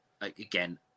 again